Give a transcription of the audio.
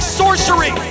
sorcery